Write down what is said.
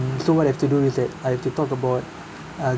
so what I've to do is that I have to talk about uh